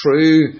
true